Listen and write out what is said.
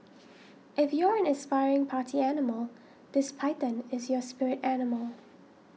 if you're an aspiring party animal this python is your spirit animal